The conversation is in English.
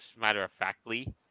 matter-of-factly